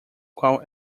qual